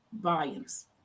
volumes